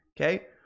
okay